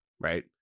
right